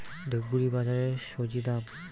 ধূপগুড়ি বাজারের স্বজি দাম?